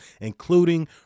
including